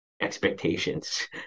expectations